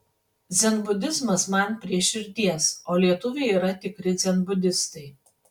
dzenbudizmas man prie širdies o lietuviai yra tikri dzenbudistai